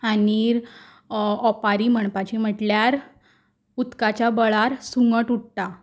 आनी ओपारी म्हणपाची म्हटल्यार उदकाच्या बळार सुंगट उडटा